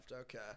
Okay